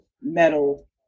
metal